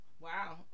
wow